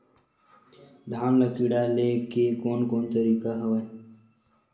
धान ल कीड़ा ले के कोन कोन तरीका हवय?